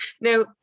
Now